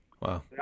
Wow